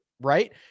Right